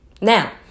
Now